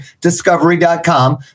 Discovery.com